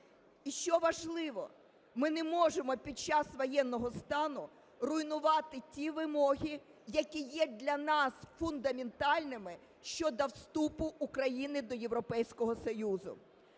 І, що важливо, ми не можемо під час воєнного стану руйнувати ті вимоги, які є для нас фундаментальними щодо вступу України до Європейського Союзу.